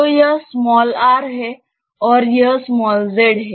तो यह r है और यह z है